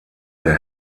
der